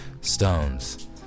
Stones